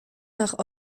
nach